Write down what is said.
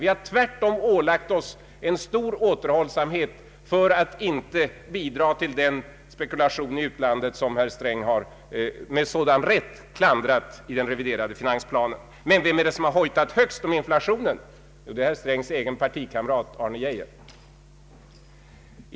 Vi har tvärtom ålagt oss en stor återhållsamhet för att inte bidra till den spekulation i utlandet som herr Sträng med sådan rätt har klandrat i den reviderade finansplanen. Men vem är det som har hojtat högst om inflationen? Jo, det är herr Strängs egen partikamrat, Arne Geijer.